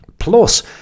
Plus